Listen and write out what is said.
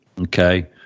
okay